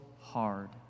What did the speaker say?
hard